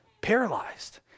paralyzed